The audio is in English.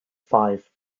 five